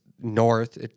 north